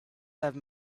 have